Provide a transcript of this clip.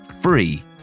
free